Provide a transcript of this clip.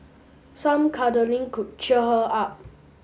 some cuddling could cheer her up